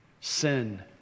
Sin